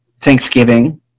Thanksgiving